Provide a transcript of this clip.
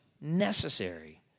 necessary